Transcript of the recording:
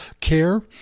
care